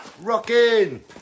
Rocking